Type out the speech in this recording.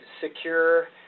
secure